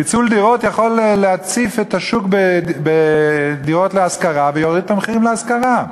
פיצול דירות יכול להציף את השוק בדירות להשכרה ויוריד את מחירי ההשכרה.